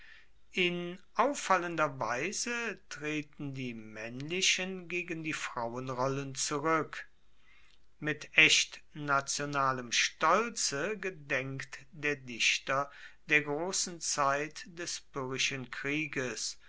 in auffallender weise treten die maennlichen gegen die frauenrollen zurück mit echt nationalem stolze gedenkt der dichter der grossen zeit des pyrrhischen krieges